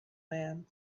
man